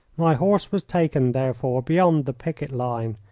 my horse was taken, therefore, beyond the picket line,